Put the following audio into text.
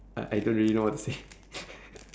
I I don't really know what to say